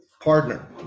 partner